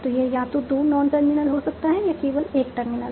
तो यह या तो 2 नॉन टर्मिनल हो सकता है या केवल एक टर्मिनल